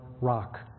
rock